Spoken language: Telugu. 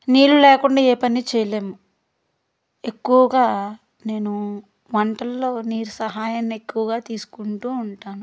నీళ్ళు లేకుండా ఏ పని చేయలేము ఎక్కువగా నేను వంటలలో నీరు సహాయాన్ని ఎక్కువగా తీసుకుంటు ఉంటాను